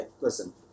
listen